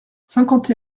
cinquante